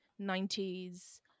90s